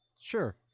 Sure